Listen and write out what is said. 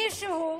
מישהו,